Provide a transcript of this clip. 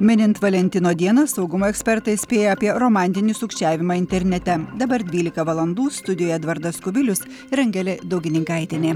minint valentino dieną saugumo ekspertai įspėja apie romantinį sukčiavimą internete dabar dvylika valandų studijoj edvardas kubilius ir angelė daugininkaitienė